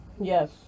Yes